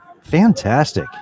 Fantastic